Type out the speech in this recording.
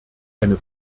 eine